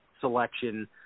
selection